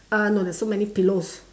uh no there's so many pillows